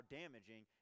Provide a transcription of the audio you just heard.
damaging